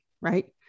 right